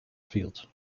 field